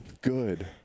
Good